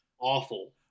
awful